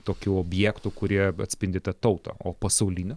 tokių objektų kurie atspindi tą tautą o pasaulinio